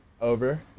over